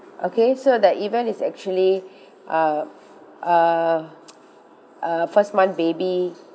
okay so the event is actually uh uh uh first month baby